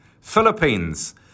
Philippines